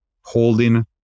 holding